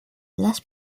less